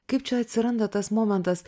kaip čia atsiranda tas momentas